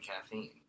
caffeine